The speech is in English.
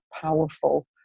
powerful